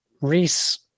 Reese